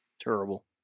Terrible